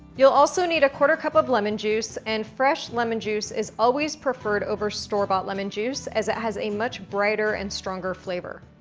you'll also need a quarter cup of lemon juice, and fresh lemon juice is always preferred over store bought lemon juice, as it has a much brighter and stronger flavor.